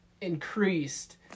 increased